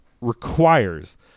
requires